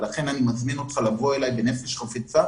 ולכן אני מזמין אותך לבוא אלי בנפש חפצה